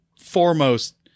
foremost